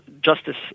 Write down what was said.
justice